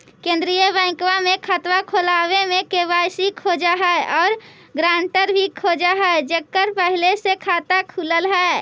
केंद्रीय बैंकवा मे खतवा खोलावे मे के.वाई.सी खोज है और ग्रांटर भी खोज है जेकर पहले से खाता खुलल है?